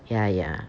ya ya